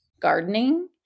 gardening